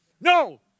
No